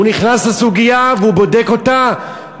הוא נכנס לסוגיה והוא בודק אותה.